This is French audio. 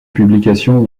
publications